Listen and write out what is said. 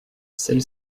celle